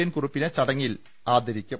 N കുറുപ്പിനെ ചടങ്ങിൽ ആദരിക്കും